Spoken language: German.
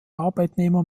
arbeitnehmer